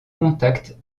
contact